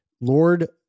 Lord